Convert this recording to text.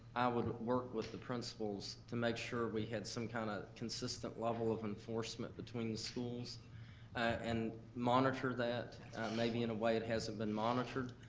would work with the principals to make sure we had some kind of consistent level of enforcement between the schools and monitor that maybe in a way it hasn't been monitored.